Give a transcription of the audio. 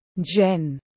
Jen